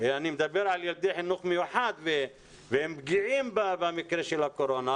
- אני מדבר על ילדי החינוך המיוחד והם פגיעים במקרה של הקורונה